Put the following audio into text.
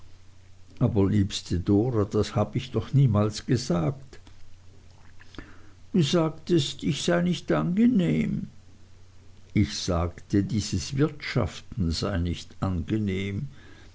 aber liebste dora das habe ich doch niemals gesagt du sagtest ich sei nicht angenehm ich sagte dieses wirtschaften sei nicht angenehm